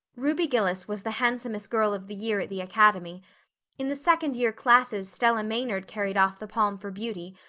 ruby gillis was the handsomest girl of the year at the academy in the second year classes stella maynard carried off the palm for beauty,